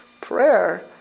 Prayer